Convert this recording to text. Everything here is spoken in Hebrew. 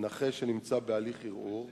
נכה שנמצא בהליך ערעור,